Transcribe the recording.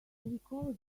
recovered